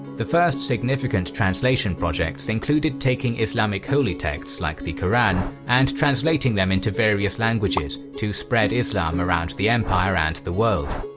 the first significant translation projects included taking islamic holy texts like the quran and translating them into various languages to spread islam around the empire and the world.